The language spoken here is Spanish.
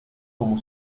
como